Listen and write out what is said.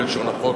בלשון החוק,